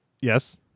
Yes